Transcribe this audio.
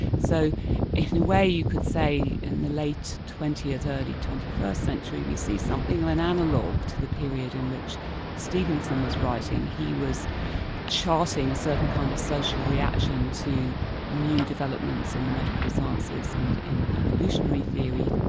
so in a way you could say in the late twentieth, early twenty first century we see something of an analogue to the period in which stevenson was writing. he was charting a certain kind of social reaction to new developments in the medical sciences, and in evolutionary theory.